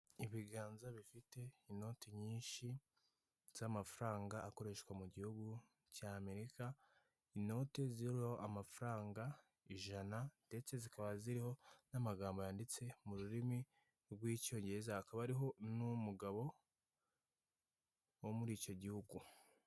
Umuhanda w'umukara wa kaburimbo urimo ibyerekezo bibiri bitandukanye ndetse ukaba ufite n'imirongo ugiye ushushanyijemo hari umurongo w'umweru urombereje uri k'uruhande ndetse n'iyindi iri hagati icagaguwe irimo ibara ry'umuhondo ikaba ifite n'amatara amurika mu gihe cy'ijoro ndetse na kamera zishinzwe umutekano wo mu muhanda.